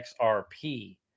XRP